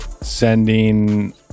sending